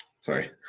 sorry